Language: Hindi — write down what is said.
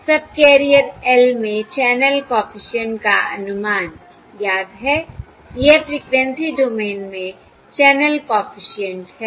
सबकैरियर l में चैनल कॉफिशिएंट का अनुमान याद है यह फ़्रीक्वेंसी डोमेन में चैनल कॉफिशिएंट है